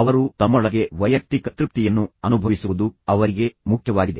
ಅವರು ತಮ್ಮೊಳಗೆ ವೈಯಕ್ತಿಕ ತೃಪ್ತಿಯನ್ನು ಅನುಭವಿಸುವುದು ಅವರಿಗೆ ಮುಖ್ಯವಾಗಿದೆ